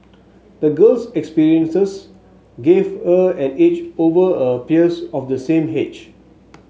the girl's experiences gave her an edge over her peers of the same age